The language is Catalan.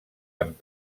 amb